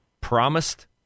promised